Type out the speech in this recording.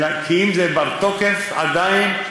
כי אם הוא בר-תוקף עדיין,